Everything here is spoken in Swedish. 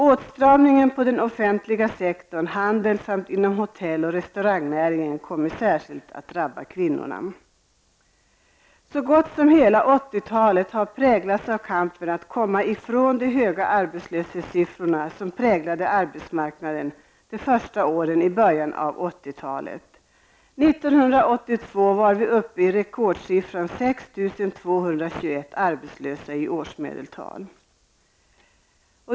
Åtstramningen inom den offentliga sektorn, handeln och hotell och restaurangnäringen kommer särskilt att drabba kvinnor. Så gott som hela 80-talet har präglats av kampen att komma ifrån de höga arbetslöshetssiffrorna som präglade arbetsmarknaden under de första åren i början av 80-talet. År 1982 var vi uppe i rekordsiffran 6 221 arbetslösa i årsmedeltal.